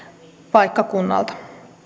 paikkakunnalta